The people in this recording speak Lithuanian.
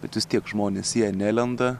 bet vis tiek žmonės jie nelenda